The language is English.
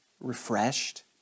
refreshed